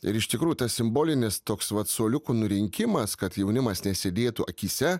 ir iš tikrųjų tas simbolinis toks vat suoliukų nurinkimas kad jaunimas nesėdėtų akyse